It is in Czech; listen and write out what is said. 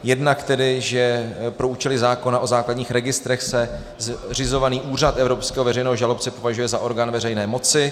Jednak tedy, že pro účely zákona o základních registrech se zřizovaný Úřad evropského veřejného žalobce považuje za orgán veřejné moci.